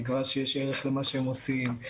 תקווה שיש ערך למה שהם עושים,